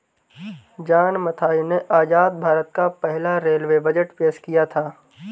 John Mathai ने आजाद भारत का पहला रेलवे बजट पेश किया था